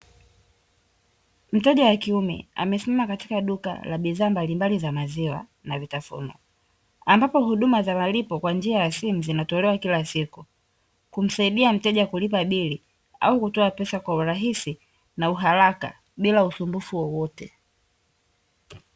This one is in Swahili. Mteja wa kiume amesimama katika duka la bidhaa mbalimbali za maziwa na vitafunwa ambapo huduma za walipo kwa njia ya simu zinatolewa kila siku, kumsaidia mteja kulipa bili au kutoa pesa kwa urahisi na uharaka bila usumbufu wowote .